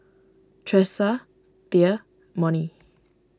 Tressa thea Monnie